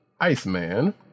Iceman